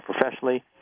professionally